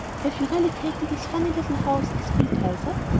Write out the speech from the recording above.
have you really taken this funny little house, as phil tells us?